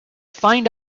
find